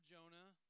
Jonah